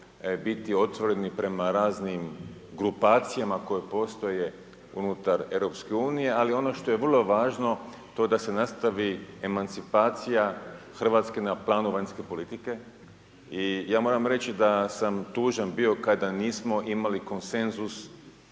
biti otvoreni prema raznim grupacijama koje postoje unutar Europske unije, ali ono što je vrlo važno, to da se nastavi emancipacija Hrvatske na planu vanjske politike, i ja moram reći da sam tužan bio kada nismo imali konsenzus